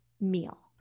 meal